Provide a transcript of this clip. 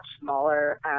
smaller